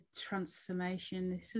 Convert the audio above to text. transformation